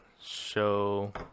show